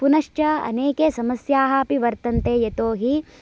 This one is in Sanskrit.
पुनश्च अनेके समस्याः अपि वर्तन्ते यतोहि